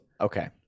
Okay